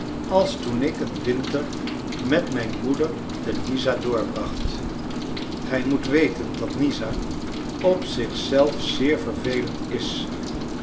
als toen ik een winter met mijn moeder te nizza doorbracht gij moet weten dat nizza op zich zelf zeer vervelend is